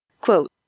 Quote